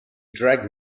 drag